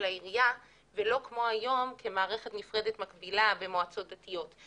העיריה ולא כמו היום כמערכת נפרדת מקבילה במועצות דתיות.